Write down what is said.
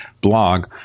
blog